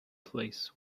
place